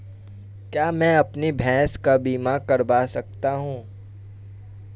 क्या मैं अपनी भैंस का बीमा करवा सकता हूँ?